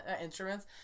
instruments